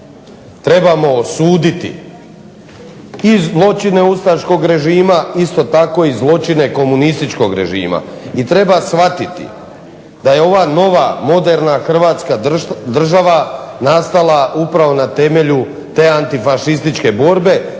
trebamo osuditi i zločine ustaškog režima isto tako i zločine komunističkog režima. I treba shvatiti da je ova nova moderna Hrvatska država nastala na temelju te antifašističke borbe